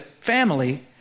family